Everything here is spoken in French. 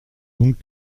donc